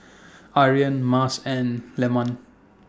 Aryan Mas and Leman